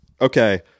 Okay